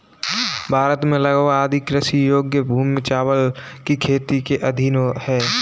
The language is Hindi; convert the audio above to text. भारत में लगभग आधी कृषि योग्य भूमि चावल की खेती के अधीन है